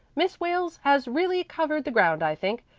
miss wales has really covered the ground, i think.